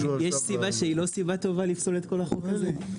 יש סיבה שהיא לא סיבה טוב לפסול את כל החוק הזה?